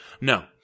No